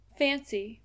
fancy